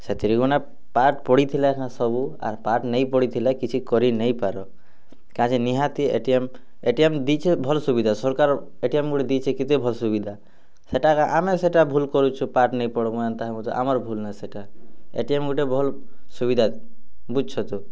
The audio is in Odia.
ସେଥିର୍ ଗନେ ପାଠ୍ ପଢ଼ିଥିଲେ କାନ ସବୁ ପାଠ୍ ନେଇ ପଢ଼ିଥିଲେ କିଛି କରି ନେଇ ପାର କା'ଯେ ନିହାତି ଏଟିଏମ୍ ଏଟିଏମ୍ ଦେଇଛେ ଭଲ୍ ସୁବିଧା ସରକାର୍ ଏଟିଏମ୍ ଗୁଟେ ଦେଇଛେ କେତେ ଭଲ୍ ସୁବିଧା ହେଟା ଏକା ଆମେ ସେଟା ଭୁଲ୍ କରିଛୁ ପାଠ୍ ନେଇ ପଢ଼ବାର୍ ହେନ୍ତା ଆମର୍ ଭୁଲ୍ ଏଟିଏମ୍ ଗୁଟେ ଭଲ୍ ସୁବିଧା ବୁଝୁଛ ତ